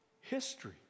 history